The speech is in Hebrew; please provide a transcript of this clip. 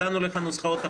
הצענו לך נוסחאות אחרות.